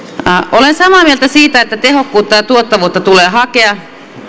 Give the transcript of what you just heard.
olen samaa mieltä siitä että tehokkuutta ja tuottavuutta tulee hakea